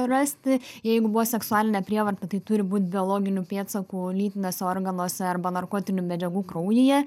rasti jeigu buvo seksualinė prievarta tai turi būt biologinių pėdsakų lytiniuose organuose arba narkotinių medžiagų kraujyje